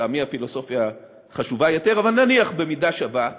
לטעמי הפילוסופיה חשובה יותר אבל נניח במידה שווה,